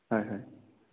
হয় হয়